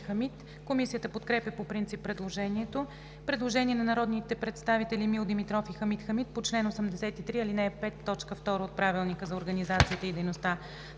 Комисията подкрепя по принцип предложението. Има предложение на народните представители Емил Димитров и Хамид Хамид по чл. 83, ал. 5, т. 2 от Правилника за организацията и дейността